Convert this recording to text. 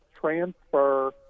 transfer